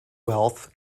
wealth